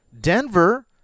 Denver